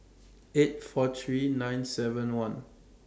eight four three nine seven one